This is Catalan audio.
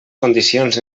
condicions